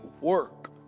work